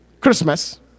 Christmas